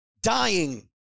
Dying